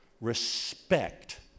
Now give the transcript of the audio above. respect